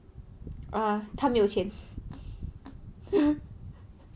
err 他没有钱